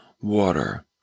water